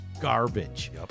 Garbage